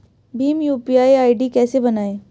Bhim UPI ID कैसे बनाएं?